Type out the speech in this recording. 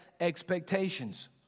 expectations